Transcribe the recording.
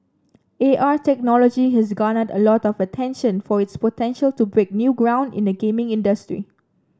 A R technology has garnered a lot of attention for its potential to break new ground in the gaming industry